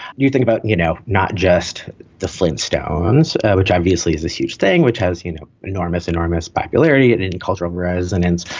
new thing about, you know, not just the flintstones, which obviously is a huge thing which has, you know, enormous, enormous popularity and and and cultural resonance.